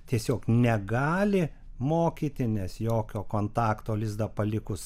tiesiog negali mokyti nes jokio kontakto lizdą palikus